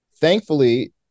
Thankfully